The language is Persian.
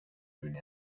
بینی